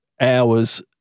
hours